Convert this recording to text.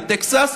בטקסס,